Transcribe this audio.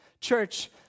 Church